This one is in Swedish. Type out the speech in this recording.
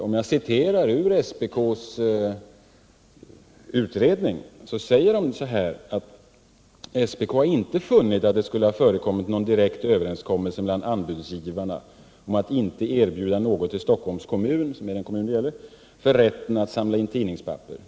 SPK säger i sin utredning: ”SPK har inte funnit att det skulle ha förekommit någon direkt överenskommelse mellan anbudsgivarna om att inte erbjuda något till Stockholms kommun” — som är den kommun det gäller — ”för rätten att samla in tidningspapper.